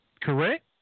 Correct